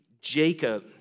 Jacob